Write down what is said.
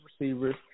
receivers